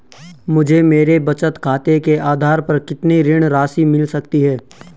मुझे मेरे बचत खाते के आधार पर कितनी ऋण राशि मिल सकती है?